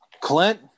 Clint